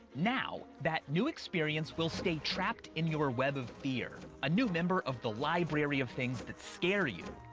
now that new experience will stay trapped in your web of fear, a new member of the library of things that scare you.